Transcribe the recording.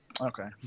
Okay